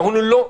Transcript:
אמרו לנו: לא.